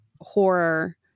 horror